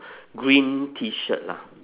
green T shirt lah